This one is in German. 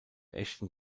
echten